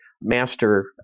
master